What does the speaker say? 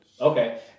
Okay